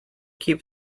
keep